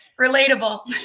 Relatable